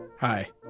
Hi